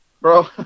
bro